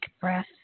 breath